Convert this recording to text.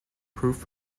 proof